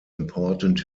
important